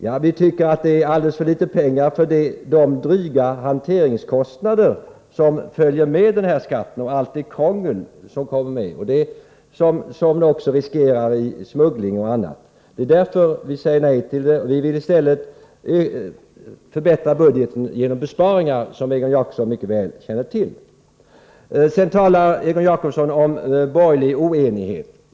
Ja, vi tycker att det kommer in för litet pengar med tanke på de dryga hanteringskostnader, det krångel och den smuggling som är förenade med skatten. Det är därför vi säger nej till detta, och vi vill i stället förbättra budgeten genom besparingar, vilket Egon Jacobsson mycket väl känner till. Sedan talar Egon Jacobsson om borgerlig oenighet.